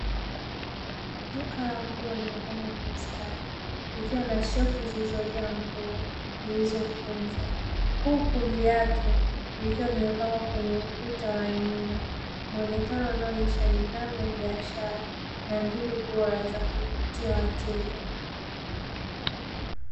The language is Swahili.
Duka la nguo limepangwa kwa ustadi likiwa na shelfu zilizojaa nguo zilizokunjwa, huku viatu vikiwa vimepangwa kwenye ukuta wa nyuma; muonekano unaoonyesha nidhamu ya biashara na mbinu bora za kuvutia wateja.